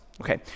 Okay